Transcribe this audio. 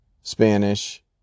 Spanish